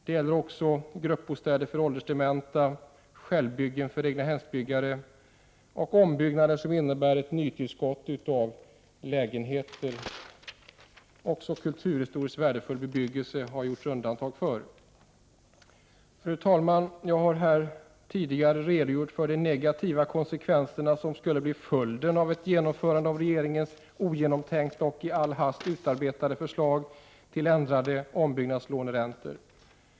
Det har ju också gjorts undantag för gruppbostäder för åldersdementa, självbyggen för egnahemsbyggare, ombyggnader som innebär nytillskott av lägenheter och kulturhistoriskt värdefull bebyggelse. Fru talman! Jag har här tidigare redogjort för de negativa konsekvenser som skulle bli följden av ett genomförande av regeringens ogenomtänkta och i all hast utarbetade förslag till ändrade ombyggnadslåneräntor.